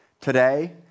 today